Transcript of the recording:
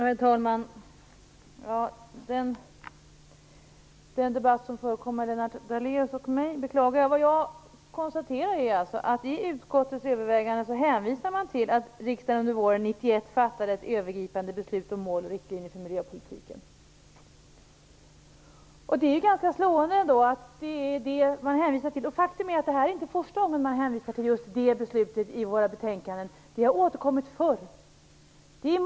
Herr talman! Jag beklagar den debatt som förekom mellan Lennart Daléus och mig. I utskottets överväganden hänvisar man till att riksdagen under våren 1991 fattade ett övergripande beslut om mål och riktlinjer för miljöpolitiken. Det är inte första gången som man hänvisar till just det beslutet i våra betänkanden. Det har förekommit förr.